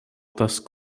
task